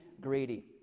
greedy